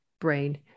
brain